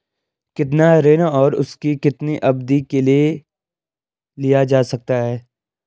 कितना ऋण और उसे कितनी अवधि के लिए लिया जा सकता है?